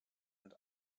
and